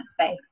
space